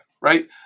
right